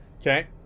Okay